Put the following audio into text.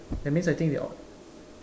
that means I think they o~